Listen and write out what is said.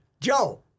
Joe